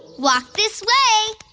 walk this way.